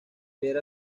ver